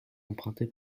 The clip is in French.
emprunter